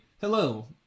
hello